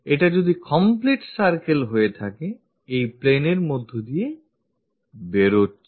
এটা যদি complete circle হয়ে থাকে এই line এর মধ্য দিয়ে বেরোচ্ছে